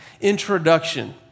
introduction